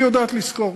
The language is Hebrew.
היא יודעת לשכור.